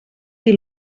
qui